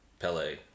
Pele